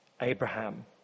Abraham